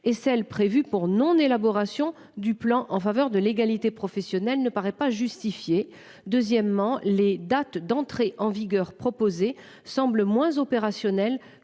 et celles prévues pour non élaboration du plan en faveur de l'égalité professionnelle ne paraît pas justifié. Deuxièmement, les dates d'entrée en vigueur proposé semble moins opérationnel